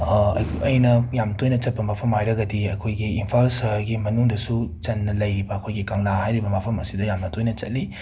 ꯑꯩꯅ ꯌꯥꯝꯅ ꯇꯣꯏꯅ ꯆꯠꯄ ꯃꯐꯝ ꯍꯥꯏꯔꯒꯗꯤ ꯑꯩꯈꯣꯏꯒꯤ ꯏꯝꯐꯥꯜ ꯁꯍꯔꯒꯤ ꯃꯅꯨꯡꯗꯁꯨ ꯆꯟꯅ ꯂꯩꯔꯤꯕ ꯑꯩꯈꯣꯏꯒꯤ ꯀꯪꯂꯥ ꯍꯥꯏꯕ ꯃꯐꯝ ꯑꯁꯤꯗ ꯌꯥꯝꯅ ꯇꯣꯏꯅ ꯆꯠꯂꯤ